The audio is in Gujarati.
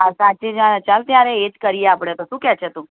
હા સાચી જ તો ચાલ ત્યારે એ જ કરીએ આપણે શું કહે છે તું